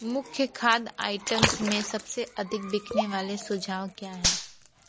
मुख्य खाद्य आइटम्स में सबसे अधिक बिकने वाले सुझाव क्या हैं